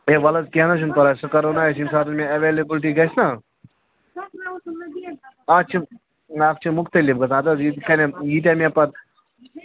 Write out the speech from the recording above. ہَے وَلہٕ حظ کیٚنٛہہ نہَ حظ چھُنہٕ پَرواے سُہ کَرو نا أسۍ ییٚمہِ ساتہٕ مےٚ ایٚویلبُلٹی گَژھِ نا اَتھ چھِ اَتھ چھِ مُختلِف گَژھان ہتہٕ حظ ییٖتاہ مےٚ پتہٕ